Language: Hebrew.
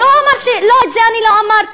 הוא לא אמר: את זה אני לא אמרתי.